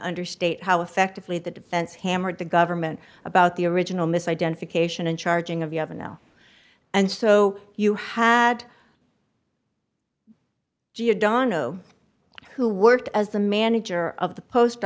understate how effectively the defense hammered the government about the original mis identification and charging of you have a now and so you had geodon know who worked as the manager of the post